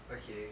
okay